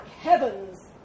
heavens